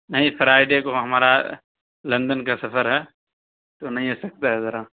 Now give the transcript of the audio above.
نہیں Friday کو ہمارا لندن کا سفر ہے تو نہیں ہو سکتا ہے ذرا